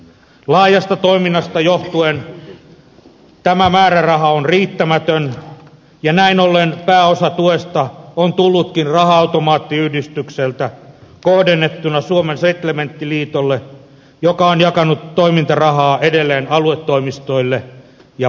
laajasta toiminnasta johtuen tämä määräraha on riittämätön ja näin ollen pääosa tuesta on tullutkin raha automaattiyhdistykseltä kohdennettuna suomen setlementtiliitolle joka on jakanut toimintarahaa edelleen aluetoimistoille ja palvelupisteille